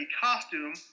costume